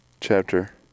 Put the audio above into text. chapter